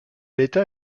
état